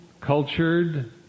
cultured